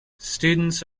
students